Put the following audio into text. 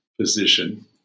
position